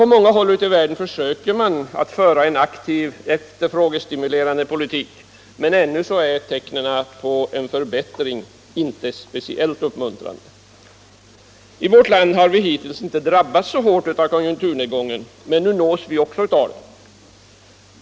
På många håll försöker man dock föra en aktiv och efterfrågestimulerande politik, men ännu är tecknen på en förbättring i den ekonomiska situationen inte helt uppmuntrande. Vårt land har hittills inte drabbats så hårt av konjunkturnedgången, men nu nås även vi av den.